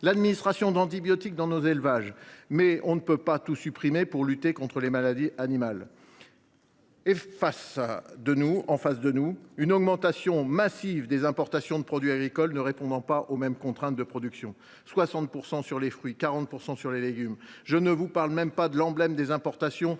l’administration d’antibiotiques dans nos élevages. Mais on ne peut pas tout supprimer si l’on veut lutter contre les maladies animales. Dans le même temps, nous subissons une augmentation massive des importations de produits agricoles ne répondant pas aux mêmes contraintes de production : 60 % pour les fruits, 40 % pour les légumes. Je ne vous parle même pas de l’emblème des importations : le